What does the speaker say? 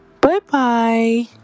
bye-bye